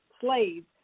slaves